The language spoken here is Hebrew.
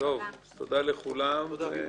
תודה לכולם.